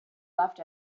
left